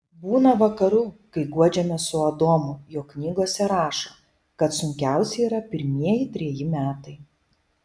būna vakarų kai guodžiamės su adomu jog knygose rašo kad sunkiausi yra pirmieji treji metai